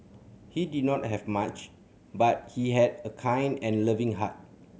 he did not have much but he had a kind and loving heart